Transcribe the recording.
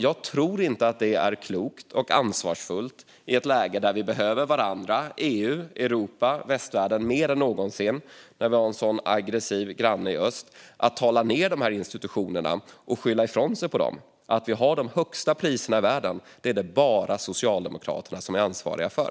Jag tror inte att det är klokt och ansvarsfullt i ett läge där vi mer än någonsin behöver varandra i EU, Europa och Västvärlden när vi har en sådan aggressiv granne i öst att tala ned institutionerna och skylla ifrån sig på dem. Att vi har de högsta priserna i världen är det bara Socialdemokraterna som är ansvariga för.